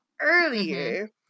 earlier